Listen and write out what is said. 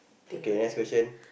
okay next question